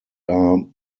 are